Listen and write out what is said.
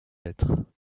lettres